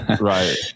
Right